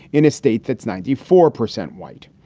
in a state that's ninety four percent white.